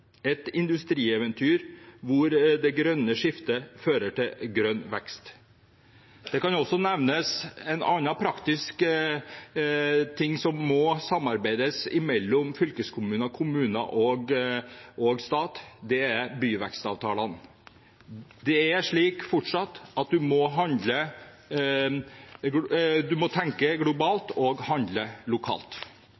et industrieventyr hvor det grønne skiftet fører til grønn vekst. Jeg kan også nevne et annet praktisk område hvor fylkeskommuner, kommuner og stat må samarbeide, og det er i forbindelse med byvekstavtalene. Man må fortsatt tenke globalt og handle